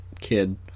kid